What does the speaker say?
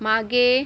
मागे